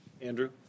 Andrew